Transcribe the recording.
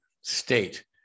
state